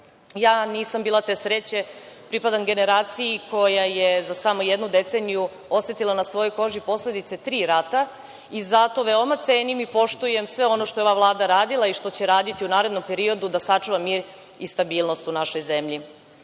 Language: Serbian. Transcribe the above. Ja nisam bila te sreće, pripadam generaciji koja je za samo jednu deceniju osetila na svojoj koži posledice tri rata i zato veoma cenim i poštujem sve ono što je ova Vlada radila i što će raditi u narednom periodu da sačuva mir i stabilnost u našoj zemlji. Treba